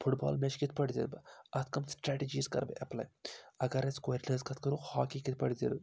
foot بال match کِتھ پٲٹھۍ زینہٕ بہٕ اَتھ کَم سٹرٛیٹجیٖز کَرٕ بہٕ اٮ۪پلاے اگر أسۍ کورٮ۪ن ہٕنٛز کَتھ کَرو ہاکی کِتھ پٲٹھۍ